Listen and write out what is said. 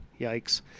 Yikes